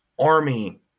army